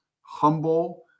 humble